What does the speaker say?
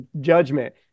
judgment